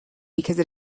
because